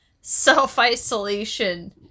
self-isolation